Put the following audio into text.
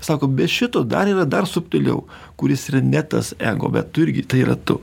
sako be šito dar yra dar subtiliau kuris yra ne tas ego bet tu irgi tai yra tu